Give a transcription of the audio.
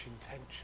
intention